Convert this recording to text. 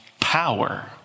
Power